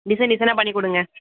design டிசைனாக பண்ணி கொடுங்க